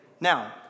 Now